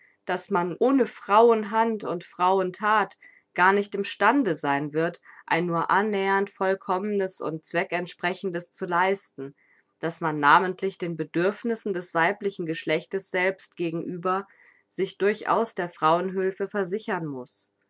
daß man ohne frauenhand und frauenthat gar nicht im stande sein wird ein nur annähernd vollkommnes und zweckentsprechendes zu leisten daß man namentlich den bedürfnissen des weiblichen geschlechtes selbst gegenüber sich durchaus der frauenhülfe versichern muß